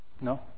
No